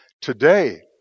Today